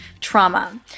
trauma